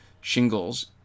shingles